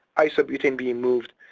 isobutane being moved,